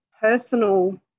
personal